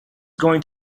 going